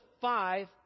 five